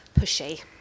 pushy